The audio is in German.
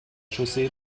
chaussee